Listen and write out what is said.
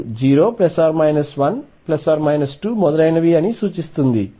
nx0±1±2 మొదలైనవి అని సూచిస్తుంది